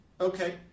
Okay